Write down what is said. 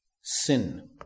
sin